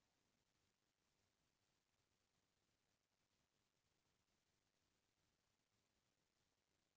आज काल मनसे ल कुछु भी बड़े काम करे बर थोक करजा लेहे बर परीच जाथे